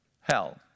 hell